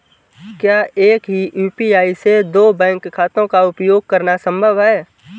क्या एक ही यू.पी.आई से दो बैंक खातों का उपयोग करना संभव है?